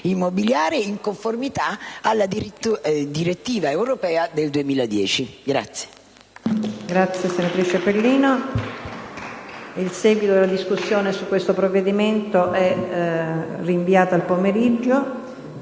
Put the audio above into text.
immobiliare in conformità alla direttiva europea del 2010.